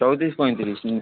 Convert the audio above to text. ଚଉତିରିଶ ପଇଁତିରିଶ